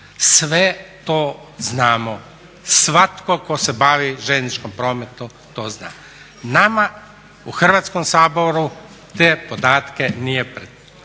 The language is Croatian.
Sve to znamo, svatko tko se bavi željezničkim prometom to zna. Nama u Hrvatskom saboru te podatke nije predložila